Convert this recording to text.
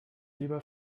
lieber